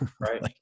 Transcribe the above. right